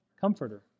comforter